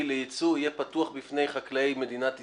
לייצוא יהיה פתוח בפני חקלאי מדינת ישראל,